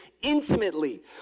intimately